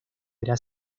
era